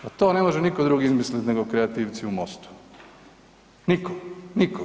Pa to ne može nitko drugi izmisliti nego kreativci u Mostu, niko, niko.